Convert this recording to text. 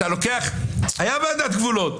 הייתה ועדת גבולות.